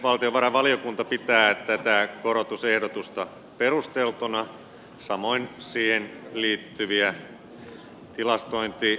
valtiovarainvaliokunta pitää tätä korotusehdotusta perusteltuna samoin siihen liittyviä tilastointitäsmennyksiä